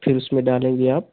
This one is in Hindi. फिर उसमें डालेंगे आप